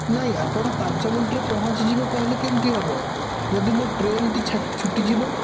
ନାହିଁ ଆପଣ ପାଞ୍ଚ ମିନିଟରେ ପହଞ୍ଚିଯିବେ କହିଲେ କେମିତି ହବ ଯଦି ମୋ ଟ୍ରେନଟି ଛା ଛୁଟିଯିବ